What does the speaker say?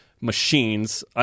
machines